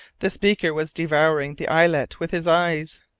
the speaker was devouring the islet with his eyes.